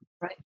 right